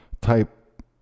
type